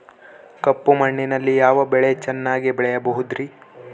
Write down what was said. ಕಪ್ಪು ಮಣ್ಣಿನಲ್ಲಿ ಯಾವ ಬೆಳೆ ಚೆನ್ನಾಗಿ ಬೆಳೆಯಬಹುದ್ರಿ?